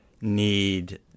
need